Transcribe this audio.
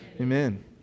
Amen